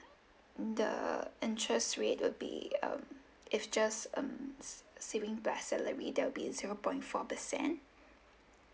the interest rate would be um if just um saving plus salary that will be zero point four percent